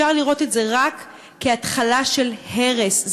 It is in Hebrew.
אפשר לראות את זה רק כהתחלה של הרס,